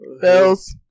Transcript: Bills